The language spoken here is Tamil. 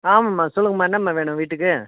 ஆமாம்மா சொல்லுங்கம்மா என்னம்மா வேணும் வீட்டுக்கு